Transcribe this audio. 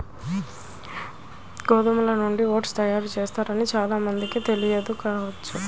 గోధుమల నుంచి ఓట్స్ తయారు చేస్తారని చాలా మందికి తెలియదు కావచ్చు